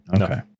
Okay